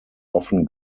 often